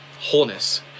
wholeness